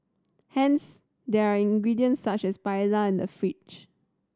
hence there are ingredients such as paella in the fridge